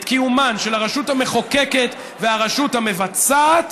קיומן של הרשות המחוקקת והרשות המבצעת,